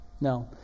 No